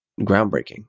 groundbreaking